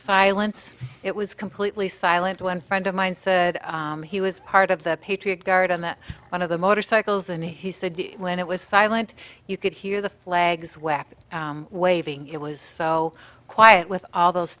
silence it was completely silent when a friend of mine said he was part of the patriot guard on the one of the motorcycles and he said when it was silent you could hear the legs whack waving it was so quiet with all those